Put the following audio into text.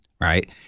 right